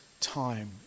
time